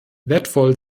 wertvoll